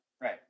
right